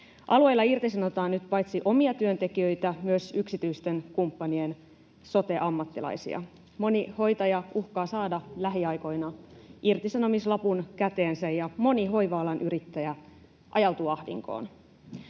Alueilla irtisanotaan nyt paitsi omia työntekijöitä myös yksityisten kumppanien sote-ammattilaisia. Moni hoitaja uhkaa saada lähiaikoina irtisanomislapun käteensä, ja moni hoiva-alan yrittäjä ajautuu ahdinkoon.